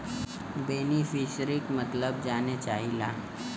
बेनिफिसरीक मतलब जाने चाहीला?